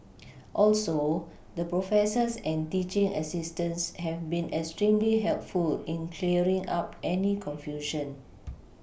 also the professors and teaching assistants have been extremely helpful in clearing up any confusion